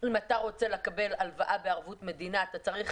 אם אתה רוצה לקבל הלוואה בערבות מדינה אתה צריך